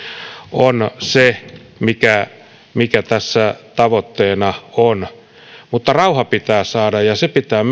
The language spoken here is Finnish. on se mikä mikä tässä tavoitteena on mutta rauha pitää saada ja sota pitää